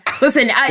Listen